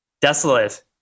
desolate